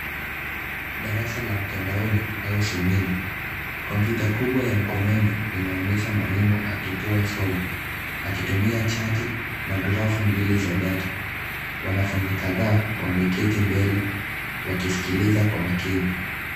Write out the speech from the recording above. Darasa la mtandaoni, au semina. Kompyuta kubwa ya mkononi inaonyesha mwalimu akitoa somo, akitumia chati na grafu mbili za data. Wanafunzi kadhaa wameketi mbele wakisikiliza kwa makini.